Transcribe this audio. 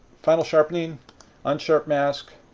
final sharpening unsharp mask,